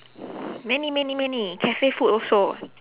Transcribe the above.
many many many cafe food also